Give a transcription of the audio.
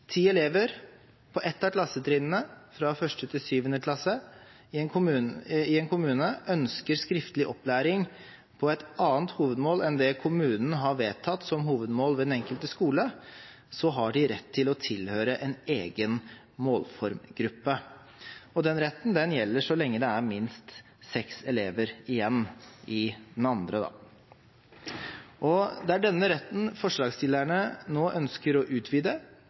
ti elever på et av klassetrinnene fra 1.–7. klasse i en kommune ønsker skriftlig opplæring på et annet hovedmål enn det kommunen har vedtatt som hovedmål ved den enkelte skole, har de rett til å tilhøre en egen målformgruppe. Den retten gjelder så lenge det er minst seks elever igjen i denne gruppen. Det er denne retten forslagsstillerne nå ønsker å utvide,